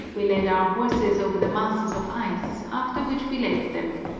we led our horses over the masses of ice, after which we left them,